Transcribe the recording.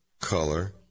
color